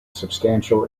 substantial